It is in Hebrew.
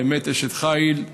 באמת אשת חיל,